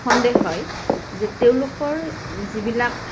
সন্দেহ হয় যে তেওঁলোকৰ যিবিলাক